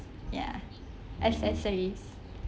ya accessories